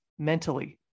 mentally